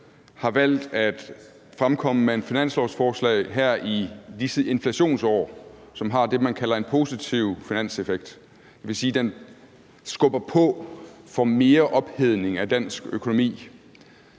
har valgt at komme med et finanslovsforslag her i disse inflationsår, som har det, man kalder en positiv finanseffekt. Det vil sige, at der skubbes på for en øget ophedning af dansk økonomi.